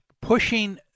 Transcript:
pushing